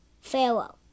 Pharaoh